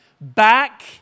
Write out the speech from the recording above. back